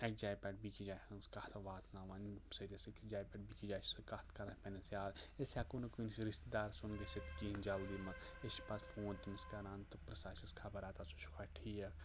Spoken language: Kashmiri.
اَکہِ جایہِ پؠٹھ بیٚکِس جایہِ ہٕنز کَتھ واتاناوان ییٚمہِ سۭتۍ أسۍ أکِس جایہِ پٮ۪ٹھ بیٚکِس جایہِ سۄ کتھ کران پننس یا أسۍ ہٮ۪کو نہٕ کٲنٛسہِ رِشتہٕ دار سُند گٔژھِتھ کہیٖنٛۍ جلدٕے منٛز أسۍ چھ پَتہٕ فون تٔمِس کَران تہٕ پرژھان چھِس خَبَر اَتر ژٕ چھُکھا ٹھیٖک